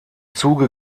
zuge